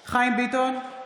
ביטון,